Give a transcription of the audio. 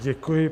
Děkuji.